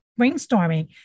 brainstorming